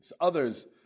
Others